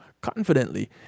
confidently